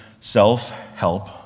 self-help